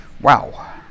Wow